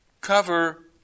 cover